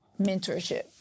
mentorship